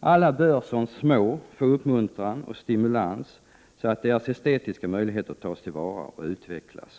Alla bör som små få uppmuntran och stimulans, så att deras estetiska möjligheter tas till vara och utvecklas.